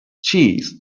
cheese